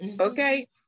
okay